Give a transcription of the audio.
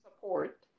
support